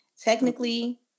technically